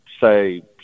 say